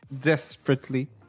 Desperately